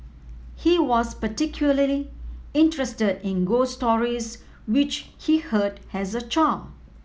he was particularly interested in ghost stories which he heard as a child